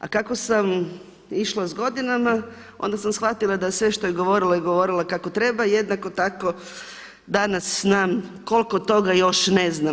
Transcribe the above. A kako sam išla sa godinama, onda sam shvatila da sve što je govorila je govorila kako treba i jednako tako danas znam koliko toga još ne znam.